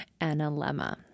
analemma